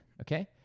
Okay